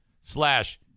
slash